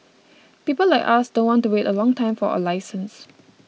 people like us don't want to wait a long time for a license